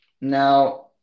Now